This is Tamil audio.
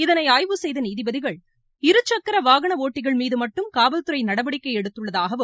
இதனை ஆய்வு செய்த நீதிபதிகள் இருசக்கர வாகன ஒட்டிகள் மீது மட்டும் காவல்துறை நடவடிக்கை எடுத்துள்ளதாகவும்